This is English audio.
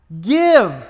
give